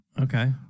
Okay